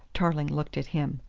tarling looked at him.